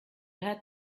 had